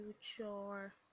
future